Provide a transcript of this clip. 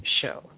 show